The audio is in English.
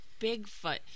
Bigfoot